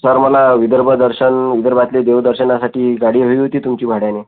sir मला विदर्भ दर्शन विदर्भातले देवदर्शनासाठी गाडी हवी होती तुमची भाड्याने